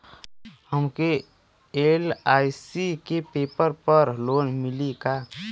हमके एल.आई.सी के पेपर पर लोन मिली का?